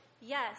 Yes